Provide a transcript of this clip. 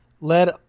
led